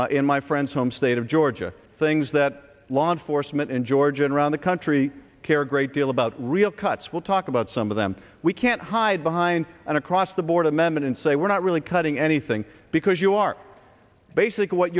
out in my friend's home state of georgia things that law enforcement in georgia and around the country care a great deal about real cuts will talk about some of them we can't hide behind an across the board amendment and say we're not really cutting anything because you are basically what